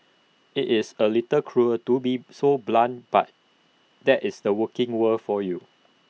IT is A little cruel to be so blunt but that is the working world for you